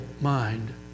mind